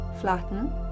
flatten